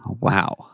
Wow